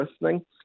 listening